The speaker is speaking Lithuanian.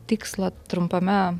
tikslą trumpame